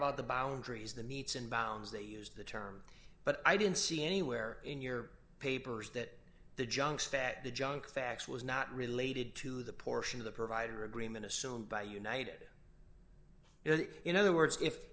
about the boundaries the meets and bounds they used the term but i didn't see anywhere in your papers that the junks that the junk fax was not related to the portion of the provider agreement assumed by united it in other words if